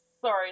sorry